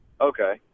Okay